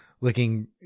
looking